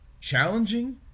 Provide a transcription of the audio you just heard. challenging